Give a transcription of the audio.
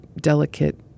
delicate